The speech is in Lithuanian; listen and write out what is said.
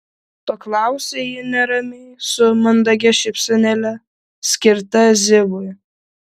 paklausė ji neramiai su mandagia šypsenėle skirta zivui